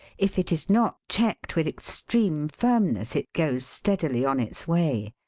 if it is not checked with extreme firmness it goes steadily on its way.